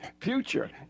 Future